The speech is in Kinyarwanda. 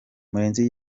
murenzi